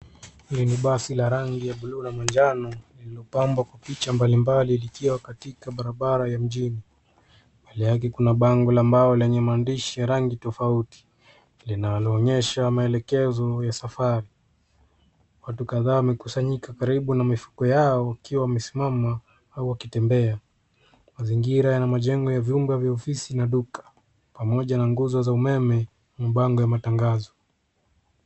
Hii ni basi la rangi ya bluu na manjano lililopambwa kwa picha mbalimbali, likiwa katika barabara ya mjini. Mbele yake kuna bango la mbao lenye maandishi ya rangi tofauti. Linaloonyesha maelekezo ya safari. Watu kadhaa wamekusanyika karibu na mifugo yao, wakiwa wamesimama au wakitembea. Mazingira yana majengo ya vyumba vya ofisi na duka. Pamoja na nguzo za umeme na bango ya matangazo.